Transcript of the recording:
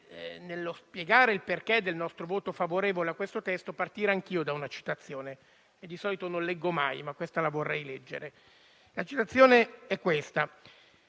nello spiegare il perché del nostro voto favorevole a questo testo, vorrei partire anch'io da una citazione. Di solito non leggo mai, ma questa la vorrei leggere: «La matematica è stata